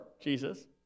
Jesus